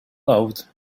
loved